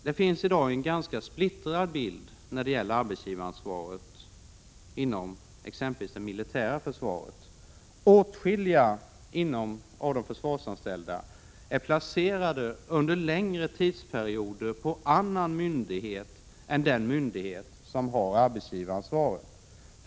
Det finns i dag en ganska splittrad bild av arbetsgivaransvaret inom exempelvis militära försvaret. Åtskilliga av de anställda inom försvaret är under längre tidsperioder placerade vid annan myndighet än den som har arbetsgivaransvar.